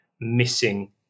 missing